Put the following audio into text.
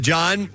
John